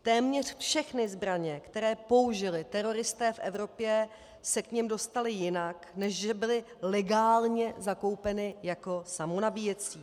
Téměř všechny zbraně, které použili teroristé v Evropě, se k nim dostaly jinak, než že byly legálně zakoupeny jako samonabíjecí.